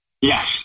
Yes